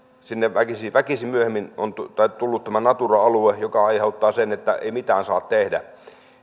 sinne on väkisin myöhemmin tullut tämä natura alue joka aiheuttaa sen että mitään ei saa tehdä